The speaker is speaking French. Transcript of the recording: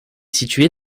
située